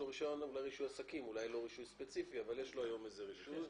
אולי אין לא רישוי ספציפי, אבל יש לו איזה רישוי.